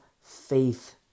faith